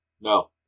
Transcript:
No